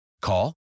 Call